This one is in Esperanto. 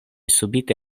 subite